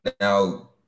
now